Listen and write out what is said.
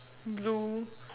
blue